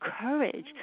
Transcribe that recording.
courage